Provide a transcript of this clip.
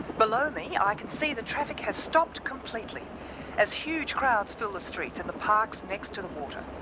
below me i can see the traffic has stopped completely as huge crowds fill the streets and the parks next to the water.